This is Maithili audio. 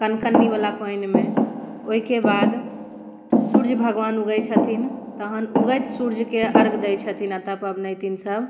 कनकन्नी बला पानिमे ओहिके बाद सूर्य भगवान उगैत छथिन तखन उगैत सूर्यके अर्घ दै छथिन पबनैतिन सभ